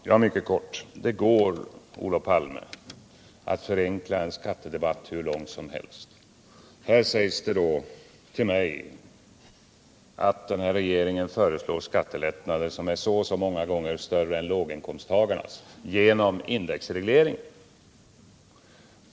Herr talman! Det går, Olof Palme, att förenkla en skattedebatt hur långt som helst. Här sägs det till mig att regeringen genom indexregleringen föreslår skattelättnader som är så och så många gånger större för höginkomsttagare än för låginkomsttagare.